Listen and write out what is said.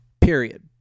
Period